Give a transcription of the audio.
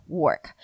work